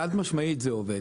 חד משמעית זה עובד,